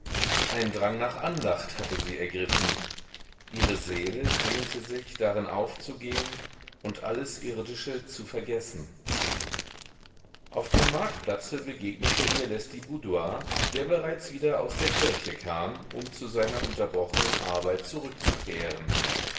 ein drang nach andacht hatte sie ergriffen ihre seele sehnte sich darin aufzugehen und alles irdische zu vergessen auf dem marktplatze begegnete ihr lestiboudois der bereits wieder aus der kirche kam um zu seiner unterbrochenen arbeit zurückzukehren